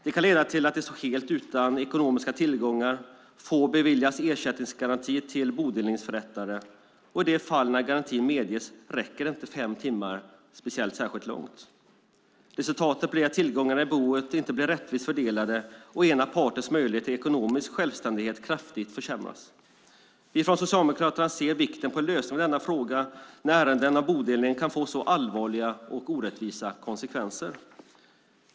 Det kan leda till att dessa kvinnor står helt utan ekonomiska tillgångar. Få beviljas ersättningsgaranti till bodelningsförrättare, och i de fall där garanti medges räcker inte fem timmar särskilt långt. Resultatet blir att tillgångarna i boet inte blir rättvist fördelade och att den ena partens möjligheter till ekonomisk självständighet kraftigt försämras. Vi från Socialdemokraterna ser vikten av en lösning på denna fråga då ärenden om bodelning kan få så allvarliga och orättvisa konsekvenser.